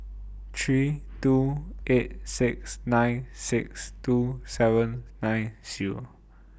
three two eight six nine six two seven nine Zero